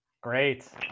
Great